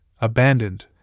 abandoned